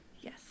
Yes